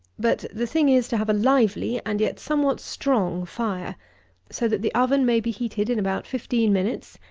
but the thing is, to have a lively and yet somewhat strong fire so that the oven may be heated in about fifteen minutes,